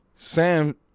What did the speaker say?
Sam